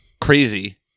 crazy